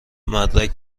مدرک